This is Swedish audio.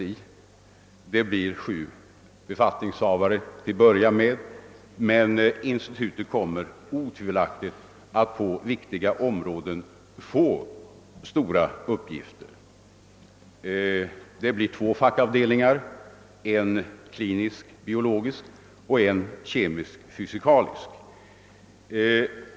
Till att börja med får det sju befattningshavare, men på viktiga områden kommer institutet otvivelaktigt att få stora uppgifter. Det blir två fackavdelningar, en klinisk-biologisk och en kemisk-fysikalisk.